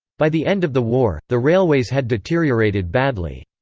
by the end of the war, the railways had deteriorated badly.